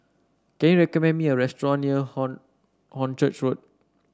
can you recommend me a restaurant near Horn Hornchurch Road